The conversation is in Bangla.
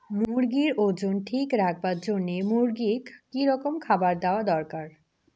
মুরগির ওজন ঠিক রাখবার জইন্যে মূর্গিক কি রকম খাবার দেওয়া দরকার?